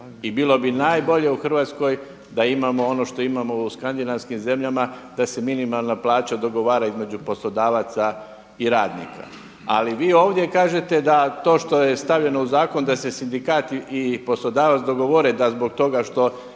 i bilo bi najbolje u Hrvatskoj da imamo ono što imamo u skandinavskim zemljama, da se minimalna plaća dogovara između poslodavaca i radnika. Ali vi ovdje kažete da to što je stavljeno u zakon da se sindikat i poslodavac dogovore da zbog toga što